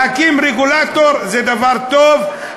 להקים רגולטור זה דבר טוב,